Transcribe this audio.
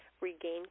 regain